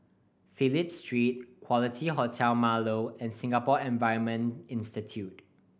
Phillip Street Quality Hotel Marlow and Singapore Environment Institute